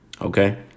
Okay